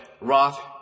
Roth